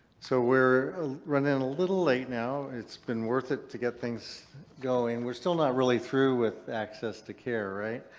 so we're running a little late now. it's been worth it to get things going. we're still not really through with access to care, right?